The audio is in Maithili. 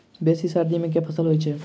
बेसी सर्दी मे केँ फसल होइ छै?